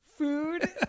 food